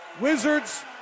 Wizards